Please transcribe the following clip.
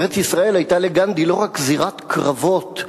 ארץ-ישראל היתה לגנדי לא רק זירת קרבות,